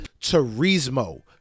Turismo